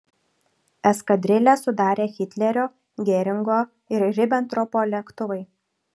eskadrilę sudarė hitlerio geringo ir ribentropo lėktuvai